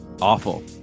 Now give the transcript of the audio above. Awful